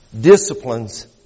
disciplines